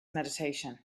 meditation